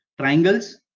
triangles